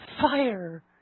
Fire